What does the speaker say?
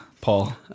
Paul